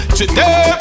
today